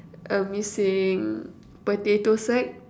a missing potato sack